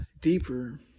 deeper